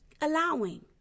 allowing